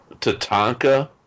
Tatanka